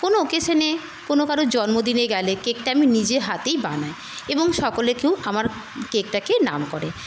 কোনো অকেশনে কোনো কারুর জন্মদিনে গেলে কেকটা আমি নিজে হাতেই বানাই এবং সকলে খেয়ে আমার কেকটাকে নাম করে